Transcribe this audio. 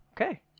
Okay